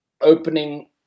opening